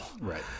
Right